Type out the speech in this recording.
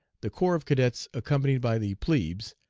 the corps of cadets, accompanied by the plebes,